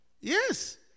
Yes